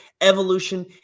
Evolution